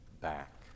back